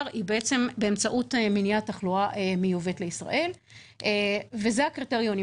היא באמצעות מניעת תחלואה מיובאת לישראל וזה הקריטריונים.